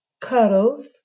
cuddles